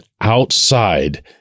outside